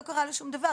לא קרה לו שום דבר.